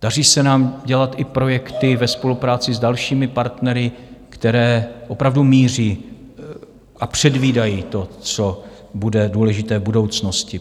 Daří se nám dělat i projekty ve spolupráci s dalšími partnery, které opravdu míří a předvídají to, co bude důležité v budoucnosti.